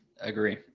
Agree